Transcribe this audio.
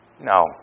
No